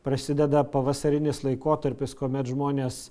prasideda pavasarinis laikotarpis kuomet žmonės